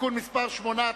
(תיקון מס' 8),